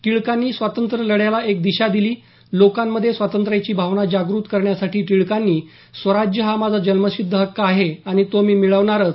टिळकांनी स्वातंत्र्यलढ्याला एक दिशा दिली लोकांमध्ये स्वातंत्र्याची भावना जागृत करण्यासाठी टिळकांनी स्वराज्य हा माझा जन्मसिद्ध हक्क आहे आणि तो मी मिळवणारच